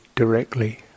Directly